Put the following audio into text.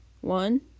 one